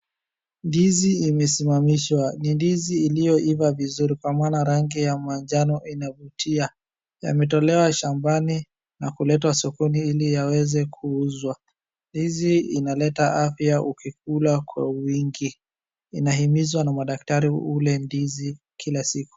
Ndizi imesimamishwa, ni ndizi iliyoiva vizuri kwa maana rangi ya manjano inavutia. Yametolewa shambani na kuletwa sokoni ili yaweze kuuzwa. Ndizi inaleta afya ukikula kwa wingi. Inahimizwa na madaktari ule kila siku.